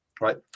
right